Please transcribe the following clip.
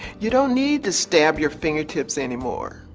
you don't need to stab your fingertips anymore.